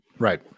Right